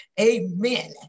Amen